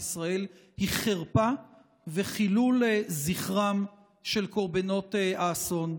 ישראל היא חרפה וחילול זכרם של קורבנות האסון.